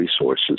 resources